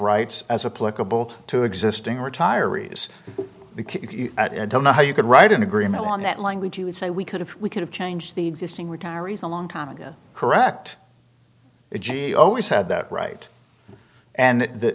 rights as a political to existing retirees i don't know how you could write an agreement on that language you would say we could if we could have changed the existing retirees a long time ago correct it always had that right and